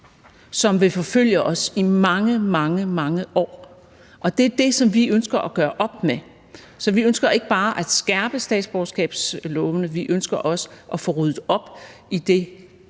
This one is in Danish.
som vil forfølge os i mange, mange år. Det er det, vi ønsker at gøre op med. Så vi ønsker ikke bare at skærpe statsborgerskabsloven; vi ønsker også at få ryddet op i det